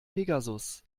pegasus